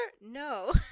No